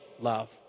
love